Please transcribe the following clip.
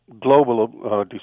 global